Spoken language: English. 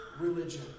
religion